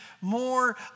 more